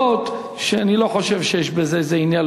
אף-על-פי שאני לא חושב שיש בזה איזה עניין,